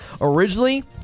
Originally